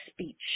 speech